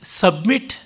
submit